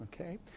Okay